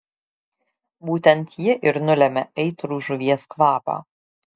būtent ji ir nulemia aitrų žuvies kvapą